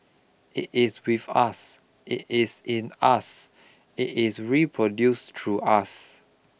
it is with us it is in us it is reproduced through us